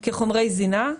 אלה חומרי זינה,